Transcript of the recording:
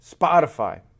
Spotify